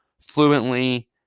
fluently